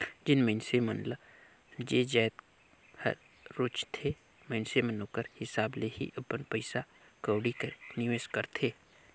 जेन मइनसे मन ल जे जाएत हर रूचथे मइनसे मन ओकर हिसाब ले ही अपन पइसा कउड़ी कर निवेस करथे